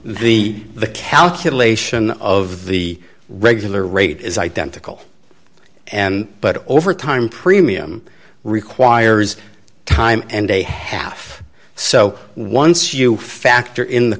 the the calculation of the regular rate is identical and but overtime premium requires time and a half so once you factor in the